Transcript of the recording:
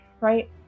right